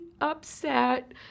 upset